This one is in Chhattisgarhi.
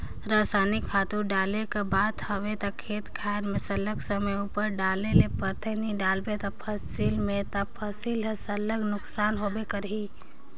रसइनिक खातू डाले कर बात हवे ता खेत खाएर में सरलग समे उपर डाले ले परथे नी डालबे फसिल में ता फसिल हर सरलग नोसकान होबे करही